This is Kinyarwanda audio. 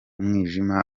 umwijima